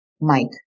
Mike